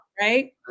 Right